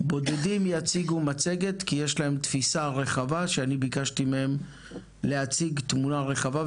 מנכ"ל הרשות להסדרת ההתיישבות הבדואית.